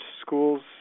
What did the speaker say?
schools